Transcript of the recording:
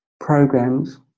programs